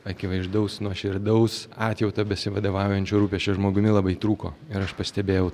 akivaizdaus nuoširdaus atjauta besivadovaujančio rūpesčio žmogumi labai trūko ir aš pastebėjau